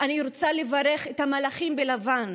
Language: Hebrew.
אני רוצה לברך את המלאכים בלבן,